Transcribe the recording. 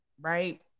right